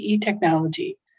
technology